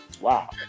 Wow